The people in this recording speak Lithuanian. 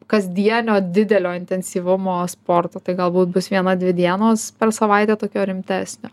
kasdienio didelio intensyvumo sporto tai galbūt bus viena dvi dienos per savaitę tokio rimtesnio